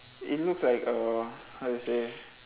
it looks like uh how to say